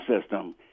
system